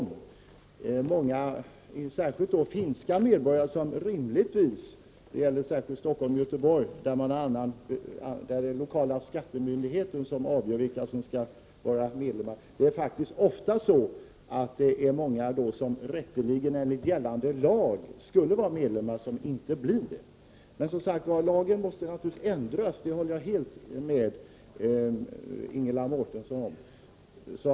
Det finns många, särskilt finska medborgare, som rätteligen enligt gällande lag skulle bli medlemmar men som inte blir det. Detta förekommer särskilt i Stockholm och Göteborg, där det är den lokala skattemyndigheten som avgör vilka som skall vara medlemmar. Lagen måste naturligtvis ändras — det håller jag helt med Ingela Mårtensson om.